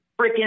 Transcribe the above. freaking